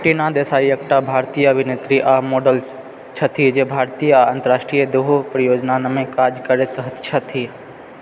टीना देसाइ एकटा भारतीय अभिनेत्री आ मॉडल छथि जे भारतीय आ अंतर्राष्ट्रीय दुहु परियोजनामे काज करैत छथि